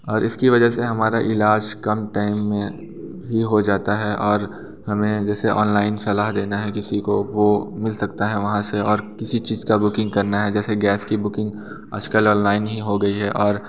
और इसकी वजह से हमारा इलाज कम टाइम में ही हो जाता है और हमें जैसे ऑनलाइन सलाह देना है किसी को वो मिल सकता हैं वहाँ से और किसी चीज़ का बुकिंग करना हैं जैसे गैस की बुकिंग आज कल ऑनलाइन ही हो गई है